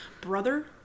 Brother